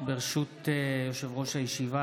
ברשות יושב-ראש הישיבה,